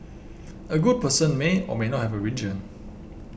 a good person may or may not have a religion